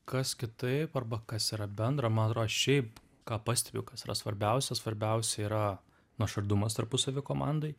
kas kitaip arba kas yra bendra man atrodo šiaip ką pastebiu kas yra svarbiausia svarbiausia yra nuoširdumas tarpusavy komandoj